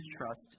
trust